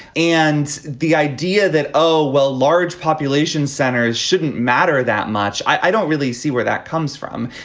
and the idea that oh well large population centers shouldn't matter that much. i don't really see where that comes from.